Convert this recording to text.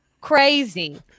crazy